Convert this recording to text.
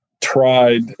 tried